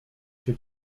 się